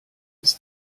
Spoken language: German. ist